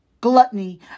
gluttony